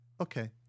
Okay